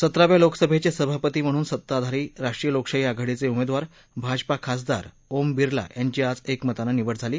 सतराव्या लोकसभेचे सभापती म्हणून सत्ताधारी राष्ट्रीय लोकशाही आघाडीचे उमेदवार भाजपा खासदार ओम बिर्ला यांची आज क्रिमतानं निवड झाली